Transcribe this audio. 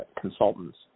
consultants